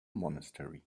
monastery